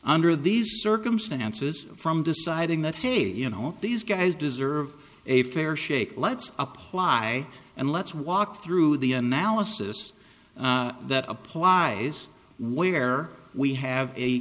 under these circumstances from deciding that hey you know these guys deserve a fair shake let's apply and let's walk through the analysis that applies where we have a